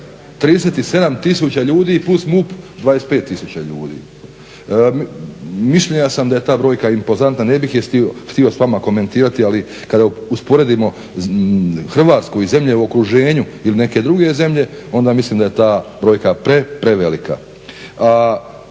37 tisuća ljudi + MUP 25 tisuća ljudi. Mišljenja sam da je ta brojka impozantna, ne bih je htio s vama komentirati, ali kada usporedimo Hrvatsku i zemlje u okruženju ili neke druge zemlje, onda mislim da je ta brojka prevelika.